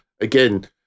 Again